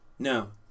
No